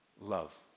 love